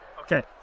Okay